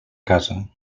casa